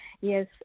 yes